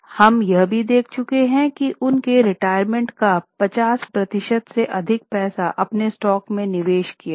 हम यह भी देख चुके हैं कि उनके रिटायरमेंट का 50 प्रतिशत से अधिक पैसा अपने स्टॉक में निवेश किया था